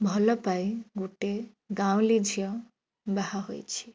ଭଲପାଇ ଗୋଟେ ଗାଁଉଲି ଝିଅ ବାହା ହୋଇଛି